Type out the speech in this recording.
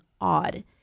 odd